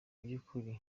by’ukuri